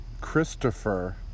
Christopher